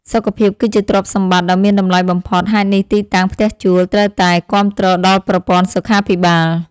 សុខភាពគឺជាទ្រព្យសម្បត្តិដ៏មានតម្លៃបំផុតហេតុនេះទីតាំងផ្ទះជួលត្រូវតែគាំទ្រដល់ប្រព័ន្ធសុខាភិបាល។